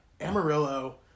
Amarillo